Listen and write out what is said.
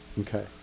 Okay